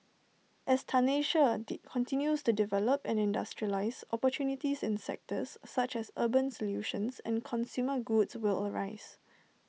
as Tanzania Di continues to develop and industrialise opportunities in sectors such as urban solutions and consumer goods will arise